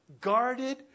guarded